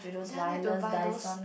then I need to buy those